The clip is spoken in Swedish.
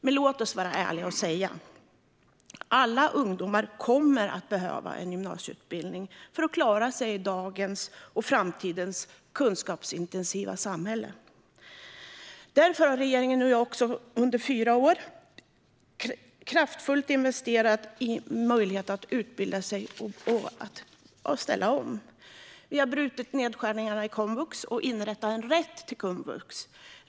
Men låt oss vara ärliga och säga: Alla ungdomar kommer att behöva en gymnasieutbildning för att klara sig i dagens och framtidens kunskapsintensiva samhälle. Därför har regeringen nu under fyra år investerat kraftfullt i möjligheten att utbilda sig och att ställa om. Vi har brutit med nedskärningarna i komvux och inrättat en rätt till komvux.